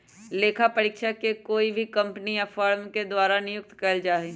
लेखा परीक्षक के कोई भी कम्पनी या फर्म के द्वारा नियुक्त कइल जा हई